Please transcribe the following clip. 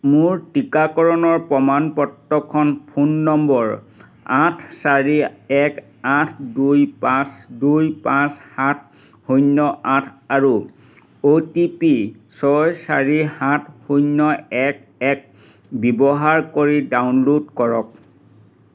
মোৰ টীকাকৰণৰ প্ৰমাণ পত্ৰখন ফোন নম্বৰ আঠ চাৰি এক আঠ দুই পাঁচ দুই পাঁচ সাত শূন্য আঠ আৰু অ' টি পি ছয় চাৰি সাত শূন্য এক এক ব্যৱহাৰ কৰি ডাউনলোড কৰক